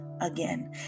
again